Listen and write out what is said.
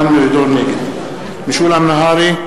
נגד משולם נהרי,